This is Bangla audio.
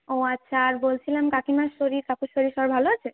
ও আচ্ছা আর বলছিলাম কাকিমার শরীর কাকুর শরীর সবাই ভালো আছে